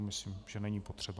Myslím, že není potřeba.